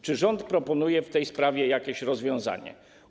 Czy rząd proponuje w tej sprawie jakieś rozwiązanie?